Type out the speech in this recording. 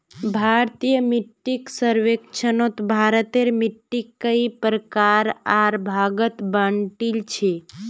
भारतीय मिट्टीक सर्वेक्षणत भारतेर मिट्टिक कई प्रकार आर भागत बांटील छे